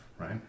right